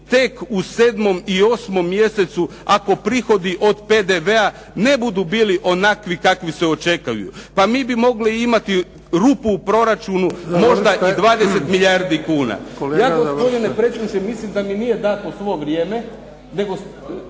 tek u 7. i 8. mjesecu ako prihodi od PDV-a ne budu bili onakvi kakvi se očekuju. Pa mi bi mogli imati rupu u proračunu možda i 20 milijuna kuna. Ja gospodine predsjedniče mislim da mi nije dano svo vrijeme nego